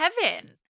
heaven